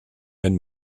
wenn